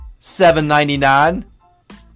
$7.99